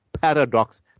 paradox